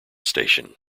station